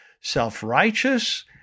self-righteous